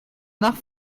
nach